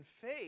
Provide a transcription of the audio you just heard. faith